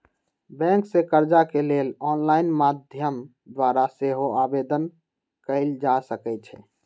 bank से कर्जा के लेल ऑनलाइन माध्यम द्वारा सेहो आवेदन कएल जा सकइ छइ